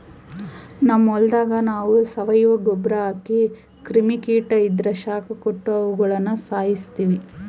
ನಮ್ ಹೊಲದಾಗ ನಾವು ಸಾವಯವ ಗೊಬ್ರ ಹಾಕಿ ಕ್ರಿಮಿ ಕೀಟ ಇದ್ರ ಶಾಖ ಕೊಟ್ಟು ಅವುಗುಳನ ಸಾಯಿಸ್ತೀವಿ